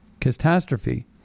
catastrophe